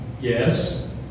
yes